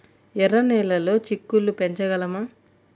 ఎర్ర నెలలో చిక్కుళ్ళు పెంచగలమా?